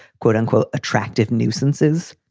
quote unquote, attractive nuisances.